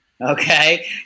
Okay